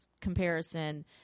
comparison